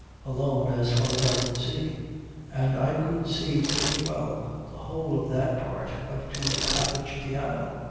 alone as far as i could see and i could see pretty well the whole of that part up to the cottage piano,